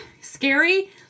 scary